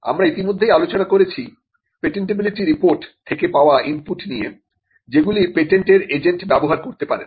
আমরা ইতিমধ্যে আলোচনা করেছি পেটেন্টটিবিলিটি রিপোর্ট থেকে পাওয়া ইনপুট নিয়ে যেগুলি পেটেন্ট এর এজেন্ট ব্যবহার করতে পারেন